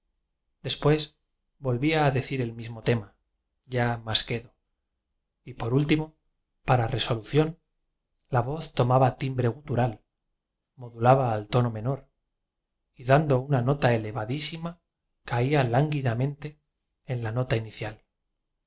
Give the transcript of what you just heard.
después volvía a decir el mismo tema ya más quedo y por último para resolución la voz tomaba timbre gutural modulaba al tono menor y dando una nota elevadísima caía lánguidamente en la nota inicial